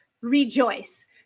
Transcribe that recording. rejoice